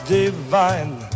divine